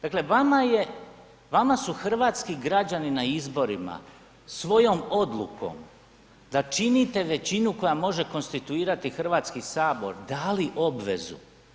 Dakle vama je, vama su hrvatski građani na izborima svojom odlukom da činite većinu koja može konstituirati Hrvatski sabor dali obvezu.